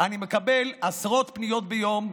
אני מקבל עשרות פניות ביום.